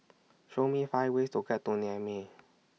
Show Me five ways to get to Niamey